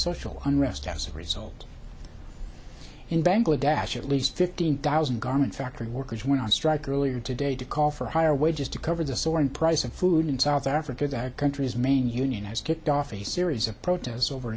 social unrest as a result in bangladesh at least fifteen thousand garment factory workers went on strike earlier today to call for higher wages to cover the soaring price of food in south africa the country's main union has kicked off a series of protests over